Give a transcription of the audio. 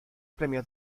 premios